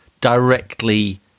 directly